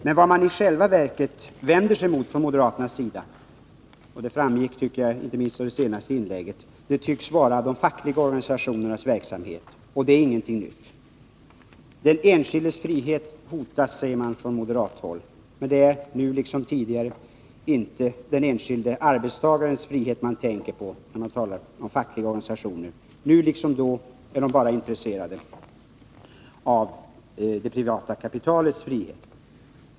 Men vad moderaterna i själva verket vänder sig mot — det framgick inte minst av det senaste inlägget — tycks vara de fackliga organisationernas verksamhet. Det är ingenting nytt. Den enskildes frihet hotas, säger man från moderathåll. Men det är nu liksom tidigare inte den enskilde arbetstagarens frihet man tänker på, när man talar om fackliga organisationer. Nu liksom då är man bara intresserad av det privata kapitalets frihet.